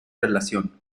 relación